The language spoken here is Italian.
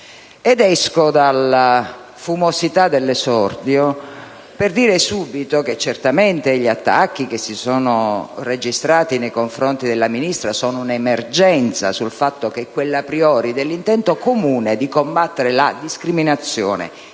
Esco dalla fumosità dell'esordio per dire subito che certamente gli attacchi che si sono registrati nei confronti della Ministra sono un'emergenza sul fatto che quell'*a priori* dell'intento comune di combattere la discriminazione